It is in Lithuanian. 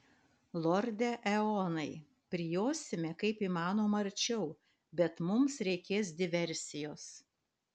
lorde eonai prijosime kaip įmanoma arčiau bet mums reikės diversijos